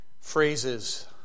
phrases